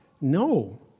No